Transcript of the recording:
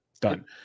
done